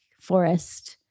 Forest